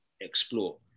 explore